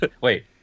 Wait